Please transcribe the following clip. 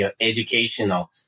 educational